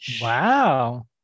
Wow